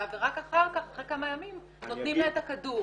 ורק אחר כך אחרי כמה ימים נותנים לה את הכדור.